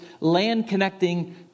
land-connecting